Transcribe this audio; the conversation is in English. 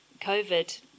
COVID